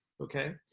okay